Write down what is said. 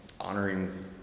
honoring